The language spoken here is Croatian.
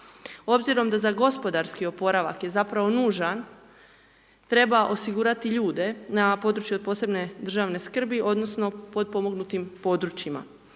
Obzirom da za gospodarski oporavak je zapravo nužan treba osigurati ljude na području od posebne državne skrbi odnosno potpomognutim područjima,